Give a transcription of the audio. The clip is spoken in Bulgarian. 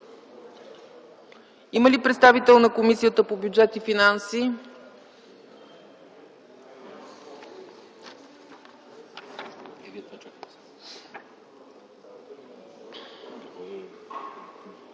Има ли представител на Комисията по бюджет и финанси? РЕПЛИКА